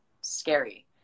scary